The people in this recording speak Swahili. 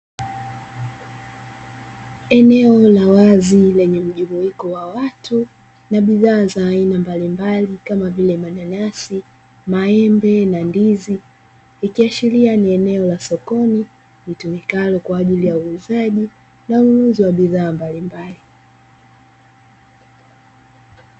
Eneo la wazi lenye mjumuiko wa watu na bidhaa za aina mbalimbali, kama vile: mananasi, maembe na ndizi; likiashiria ni eneo la sokoni litumikalo kwa ajili ya uuzaji na ununuzi wa bidhaa mbalimbali.